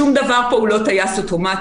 שום דבר פה הוא לא טייס אוטומטי.